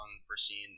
unforeseen